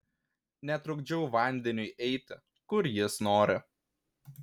netrukdžiau vandeniui eiti kur jis nori